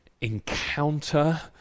encounter